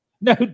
no